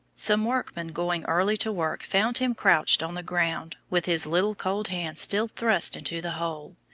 some workmen going early to work found him crouched on the ground with his little cold hand still thrust into the hole.